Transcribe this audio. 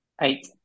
eight